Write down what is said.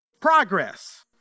progress